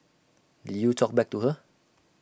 did you talk back to her